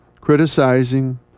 criticizing